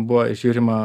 buvo žiūrima